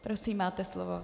Prosím, máte slovo.